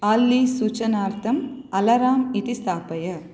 आल्ली सूचनार्थम् अलार्म् इति स्थापय